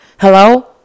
Hello